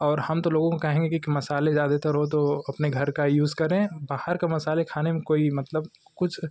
और हम तो लोगों को कहेंगे कि मसाले ज्यादेतर हो तो अपने घर का यूज़ करें बाहर के मसाले खाने में कोई मतलब कुछ